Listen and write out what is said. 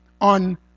on